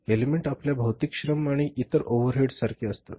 element आपल्या भौतिक श्रम आणि इतर ओव्हरहेडसारखे असतात